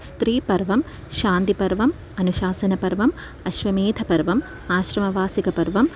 स्त्रीपर्वं शान्तिपर्वम् अनुशासनपर्वम् अश्वमेधपर्वम् आश्रमवासिकपर्वम्